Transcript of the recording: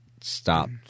stopped